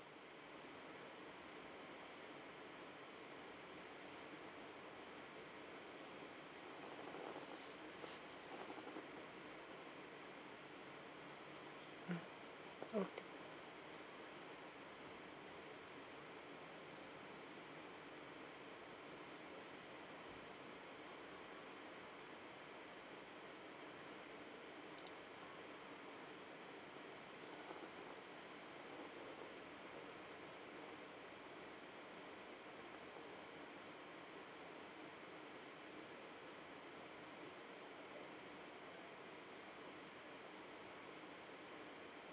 mm okay